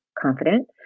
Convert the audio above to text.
confident